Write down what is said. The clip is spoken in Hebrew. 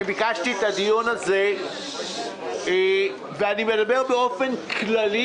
ביקשתי את הדיון הזה ואני מדבר באופן כללי